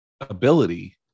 ability